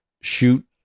shoot